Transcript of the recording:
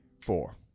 four